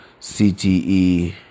CTE